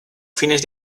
fines